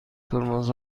ترمز